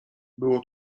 było